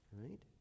right